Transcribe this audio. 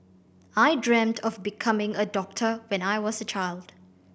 I dreamt of becoming a doctor when I was a child